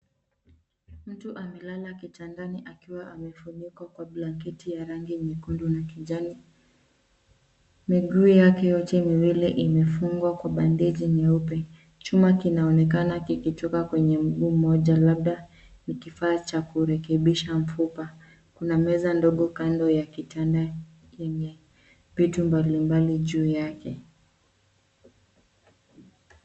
Mtu amelala kitandani akiwa amefunikwa kwa blanketi ya rangi ya nyekundu na kijani. Miguu yake yote miwili imefungwa kwa bandeji nyeupe. Chuma kinaonekana kikitoka kwenye mguu mmoja, labda ni kifaa cha kurekebisha mfupa. Kuna meza ndogo kando ya kitanda yenye vitu mbali mbali juu yake.